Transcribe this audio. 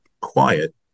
quiet